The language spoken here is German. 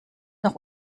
noch